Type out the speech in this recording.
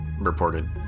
reported